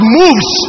moves